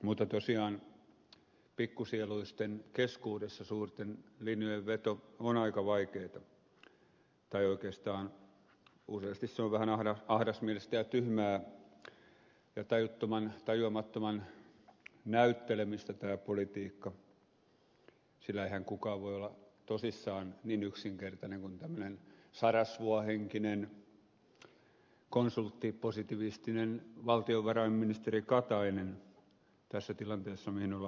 mutta tosiaan pikkusieluisten keskuudessa suurten linjojen veto on aika vaikeata tai oikeastaan useasti on vähän ahdasmielistä ja tyhmää ja tajuttoman tajuamattoman näyttelemistä tämä politiikka sillä eihän kukaan voi olla tosissaan niin yksinkertainen kuin tämmöinen sarasvuohenkinen konsulttipositivistinen valtiovarainministeri katainen tässä tilanteessa mihin ollaan menossa